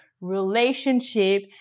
relationship